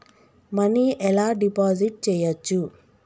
Money ఎలా deposit చేయచ్చు?